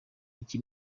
iki